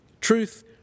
Truth